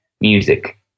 music